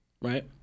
right